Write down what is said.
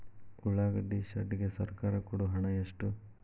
ಉಳ್ಳಾಗಡ್ಡಿ ಶೆಡ್ ಗೆ ಸರ್ಕಾರ ಕೊಡು ಹಣ ಎಷ್ಟು?